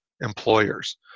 employers